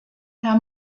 herr